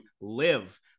live